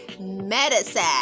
Medicine